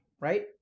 Right